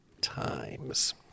times